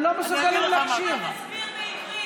להסביר בעברית,